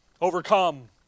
overcome